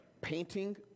painting